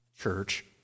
church